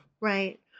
right